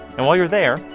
and while you're there,